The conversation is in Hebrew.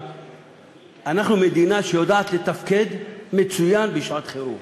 אנחנו מדינה שיודעת לתפקד מצוין בשעת חירום.